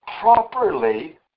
properly